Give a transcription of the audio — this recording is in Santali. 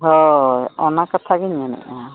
ᱦᱳᱭ ᱚᱱᱟ ᱠᱟᱛᱷᱟ ᱜᱮᱧ ᱢᱮᱱᱮᱜᱼᱟ